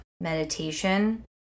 Meditation